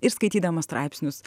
ir skaitydama straipsnius